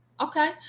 Okay